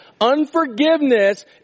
Unforgiveness